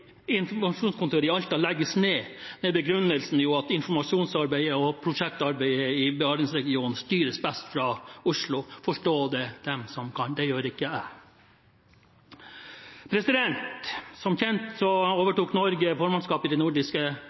Alta legges ned med begrunnelsen at informasjonsarbeidet og prosjektarbeidet i Barentsregionen styres best fra Oslo. Forstå det den som kan, det gjør ikke jeg! Som kjent overtok Norge formannskapet i det nordiske